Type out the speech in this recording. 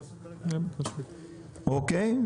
אוקיי?